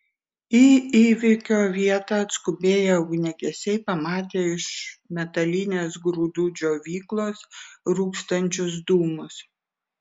į įvykio vietą atskubėję ugniagesiai pamatė iš metalinės grūdų džiovyklos rūkstančius dūmus